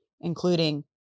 including